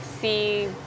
see